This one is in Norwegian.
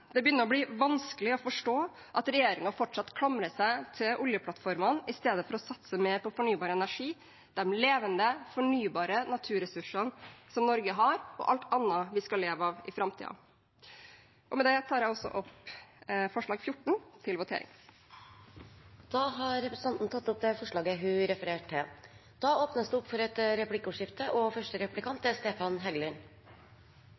Det begynner å bli vanskelig å forstå at regjeringen fortsatt klamrer seg til oljeplattformene i stedet for å satse mer på fornybar energi, de levende fornybare naturressursene som Norge har, og alt annet vi skal leve av i framtiden. Med det tar jeg opp forslag nr. 14. Representanten Une Bastholm har tatt opp det forslaget hun refererte til. Det blir replikkordskifte. Tusen takk for